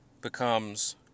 becomes